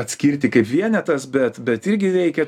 atskirti kaip vienetas bet bet irgi veikia